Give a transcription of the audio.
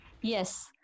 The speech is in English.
Yes